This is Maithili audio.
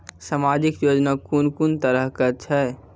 समाजिक योजना कून कून तरहक छै?